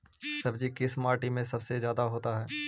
सब्जी किस माटी में सबसे ज्यादा होता है?